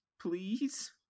please